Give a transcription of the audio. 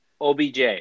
obj